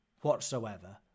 whatsoever